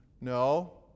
No